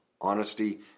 honesty